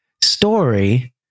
story